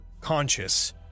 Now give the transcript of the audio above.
conscious